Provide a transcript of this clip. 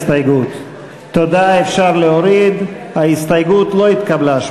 אני קובע כי הסתייגות 83 לא התקבלה.